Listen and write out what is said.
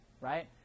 right